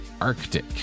arctic